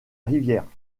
rivière